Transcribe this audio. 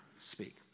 Speak